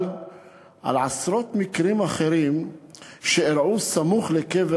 אבל על עשרות מקרים אחרים שאירעו סמוך לקבר